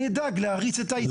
אני אדאג להריץ את העסקאות.